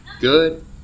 Good